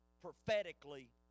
prophetically